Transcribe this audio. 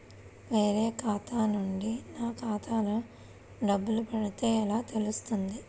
వేరే ఖాతా నుండి నా ఖాతాలో డబ్బులు పడితే ఎలా తెలుస్తుంది?